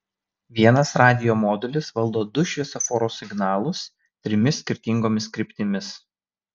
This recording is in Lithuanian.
vienas radijo modulis valdo du šviesoforo signalus trimis skirtingomis kryptimis